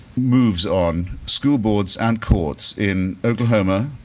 moves on school boards and courts in oklahoma,